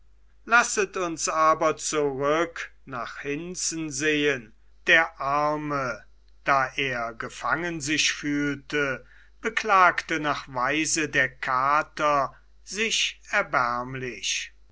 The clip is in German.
lasset uns aber zurück nach hinzen sehen der arme da er gefangen sich fühlte beklagte nach weise der kater sich erbärmlich